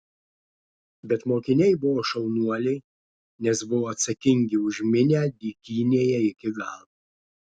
bet mokiniai buvo šaunuoliai nes buvo atsakingi už minią dykynėje iki galo